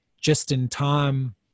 just-in-time